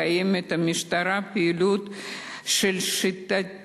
מקיימת המשטרה פעילות שיטתית,